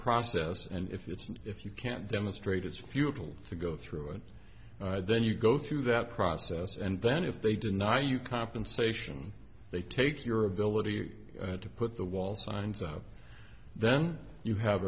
process and if it's and if you can't demonstrate it's futile to go through it then you go through that process and then if they deny you compensation they take your ability to put the wall signs up then you have